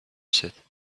said